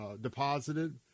deposited